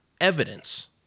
evidence